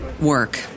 work